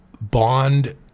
bond